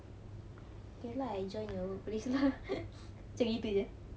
okay lah I join your old place lah macam begitu jer